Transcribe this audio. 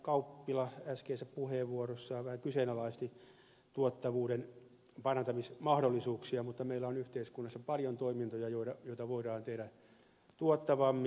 kauppila äskeisessä puheenvuorossaan vähän kyseenalaisti tuottavuuden parantamismahdollisuuksia mutta meillä on yhteiskunnassa paljon toimintoja joita voidaan tehdä tuottavammin